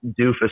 doofus